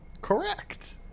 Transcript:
Correct